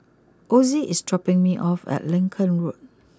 Ozie is dropping me off at Lincoln Road